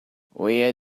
where